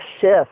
shift